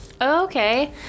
Okay